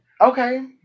Okay